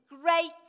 great